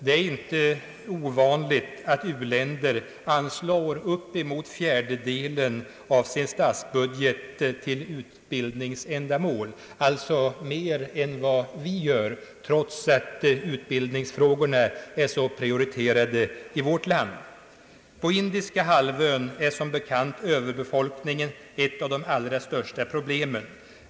Det är inte ovanligt att u-länder anslår upp emot fjärdedelen av sin statsbudget till utbildningsändamål. Det är alltså mer än vad vi gör, trots att utbildningsfrågorna är så prioriterade i vårt land. På Indiska halvön är som bekant överbefolkningen ett av de allra största problemen.